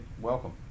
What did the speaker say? welcome